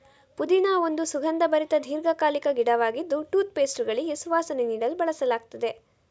ಪುದೀನಾ ಒಂದು ಸುಗಂಧಭರಿತ ದೀರ್ಘಕಾಲಿಕ ಗಿಡವಾಗಿದ್ದು ಟೂತ್ ಪೇಸ್ಟುಗಳಿಗೆ ಸುವಾಸನೆ ನೀಡಲು ಬಳಸಲಾಗ್ತದೆ